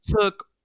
took